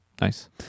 Nice